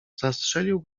zastrzelił